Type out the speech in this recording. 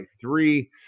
three